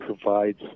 provides